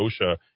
OSHA